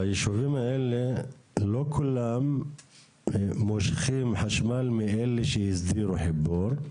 בישובים האלה לא כולם מושכים חשמל מאלה שהסדירו חיבור.